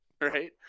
Right